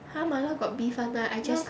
!huh! 麻辣 got beef [one] meh I just